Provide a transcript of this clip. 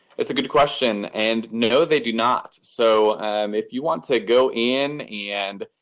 it's a good question, and no, they do not. so if you want to go in and,